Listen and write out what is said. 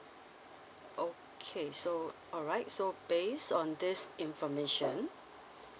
okay so alright so based on this information